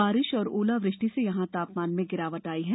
बारिश और ओलावृष्टि से यहां तापमान में गिरावट आई है